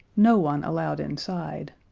no one allowed inside.